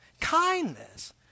kindness